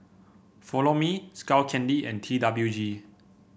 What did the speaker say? Follow Me Skull Candy and T WG